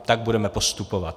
Tak budeme postupovat.